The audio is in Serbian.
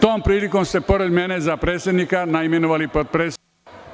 Tom prilikom ste, pored mene za predsednika, naimenovali potpredsednika…